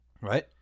right